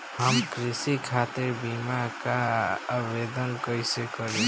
हम कृषि खातिर बीमा क आवेदन कइसे करि?